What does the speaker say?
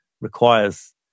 requires